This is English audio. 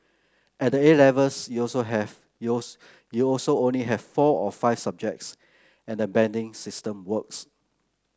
at A Levels you also have you also only have four or five subjects and banding system works